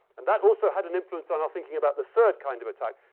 and that also had an influence on our thinking about the third kind of attack,